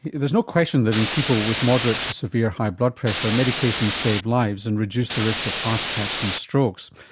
there's no question that in people with moderate to severe high blood pressure, medications save lives and reduce the risk of heart attacks and strokes.